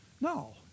No